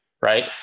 right